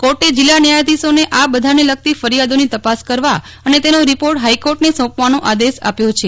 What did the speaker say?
કોર્ટે જિલ્લા ન્યાયાધિશોને આ બધાને લગતી ફરીયાદોની તપાસ કરવા અન તેનો રીપોર્ટ હાઈકોર્ટને સાઁપવાનો આદેશ આપ્યો છે